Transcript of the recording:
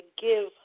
give